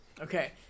Okay